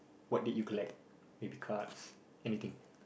what did you collect maybe cards anything